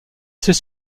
sait